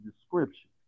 description